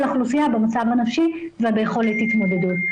האוכלוסייה במצב הנפשי וביכולת ההתמודדות.